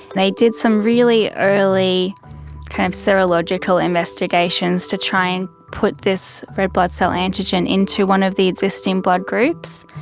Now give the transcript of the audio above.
they did some really early kind of serological investigations to try and put this red blood cell antigen into one of the existing blood groups.